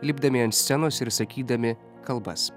lipdami ant scenos ir sakydami kalbas